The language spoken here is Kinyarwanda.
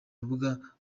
rubuga